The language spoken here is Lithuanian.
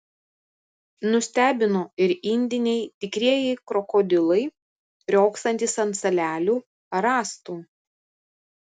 nustebino ir indiniai tikrieji krokodilai riogsantys ant salelių ar rąstų